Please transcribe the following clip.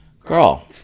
girl